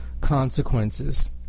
consequences